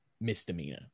misdemeanor